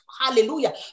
hallelujah